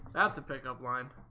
that's a pick-up line